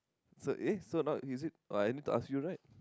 so eh so now is it oh I need to ask you right